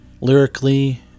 lyrically